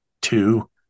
two